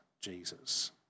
Jesus